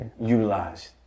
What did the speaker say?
Utilized